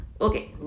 Okay